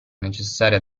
necessaria